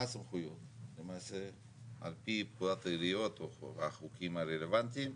מה הסמכויות למעשה על פי פקודת העיריות או החוקים הרלוונטיים?